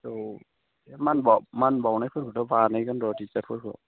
औ मान बाउनायखौथ' बानायगोन र' टिचारफोरखौ